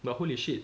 but holy shit